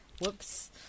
Whoops